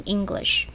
English